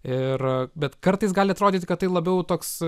ir bet kartais gali atrodyti kad tai labiau toks